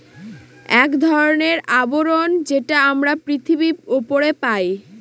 এক ধরনের আবরণ যেটা আমরা পৃথিবীর উপরে পাই